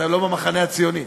אתה לא במחנה הציוני,